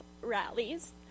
rallies